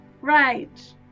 Right